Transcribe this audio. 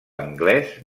anglès